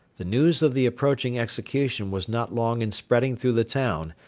the news of the approaching execution was not long in spreading through the town,